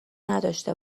نداشته